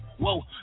Whoa